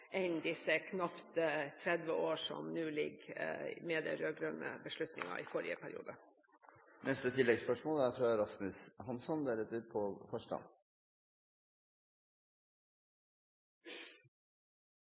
enn disse knapt tretti årene som nå foreligger med den rød-grønne beslutningen i forrige periode. Rasmus Hansson